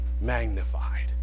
magnified